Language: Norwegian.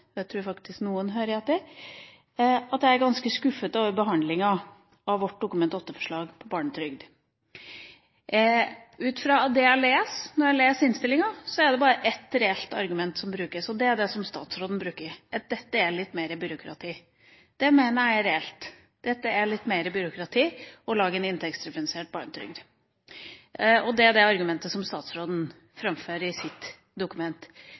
jeg tror faktisk noen hører etter – at jeg er ganske skuffet over behandlinga av vårt Dokument 8-forslag om barnetrygd. Ut fra det jeg leser i innstillinga, er det bare ett reelt argument som brukes, og det er det som statsråden bruker, nemlig at dette er litt mer byråkrati. Det mener jeg er reelt, det er litt mer byråkratisk å lage en inntektsdifferensiert barnetrygd. Det er det argumentet som statsråden framfører i sitt dokument.